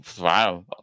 wow